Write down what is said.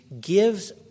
gives